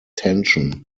tension